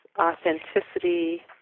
authenticity